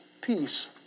peace